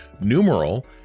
numeral